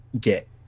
get